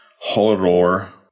horror